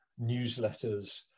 newsletters